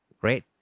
great